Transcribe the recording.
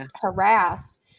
harassed